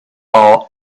are